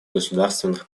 государственных